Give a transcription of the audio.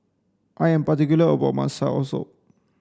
I am particular about my soursop